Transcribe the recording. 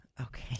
Okay